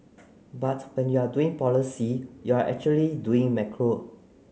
but when you are doing policy you're actually doing macro